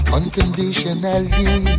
Unconditionally